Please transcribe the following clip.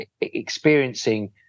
experiencing